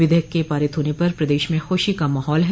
विधेयक के पारित होने पर प्रदेश में खुशी का माहौल है